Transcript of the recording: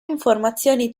informazioni